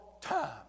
time